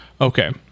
Okay